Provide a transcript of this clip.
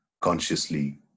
consciously